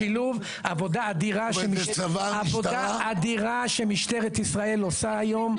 בשילוב עבודה אדירה שמשטרת ישראל עושה היום באזור ארם.